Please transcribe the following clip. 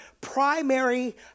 primary